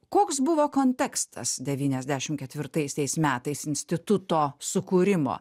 koks buvo kontekstas devyniasdešimt ketvirtaisiais metais instituto sukūrimo